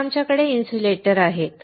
आता आमच्याकडे इन्सुलेटर आहेत